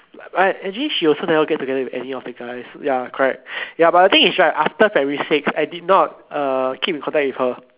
but actually she also never get together with any of the guys ya correct ya but the thing is right after primary six I did not uh keep in contact with her